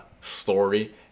story